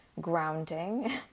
grounding